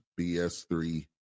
BS3